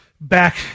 back